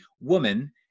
woman